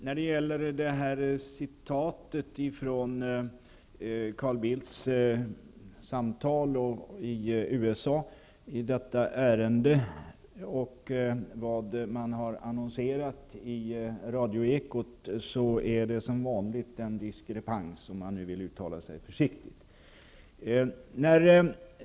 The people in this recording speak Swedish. När det gäller citatet från Carl Bildts samtal i USA och vad man har annonserat i Radioekot, föreligger det som vanligt en diskrepans, om jag nu skall uttala mig försiktigt.